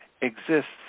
exists